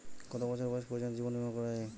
কত বছর বয়স পর্জন্ত জীবন বিমা করা য়ায়?